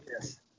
yes